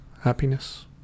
happiness